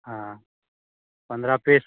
हाँ पंद्रह पीस